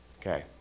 okay